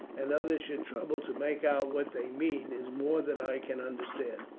and others should trouble to make out what they mean, is more than i can understand.